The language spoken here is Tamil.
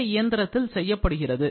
இந்த இயந்திரத்தில் செய்யப்படுகிறது